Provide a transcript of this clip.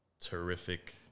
terrific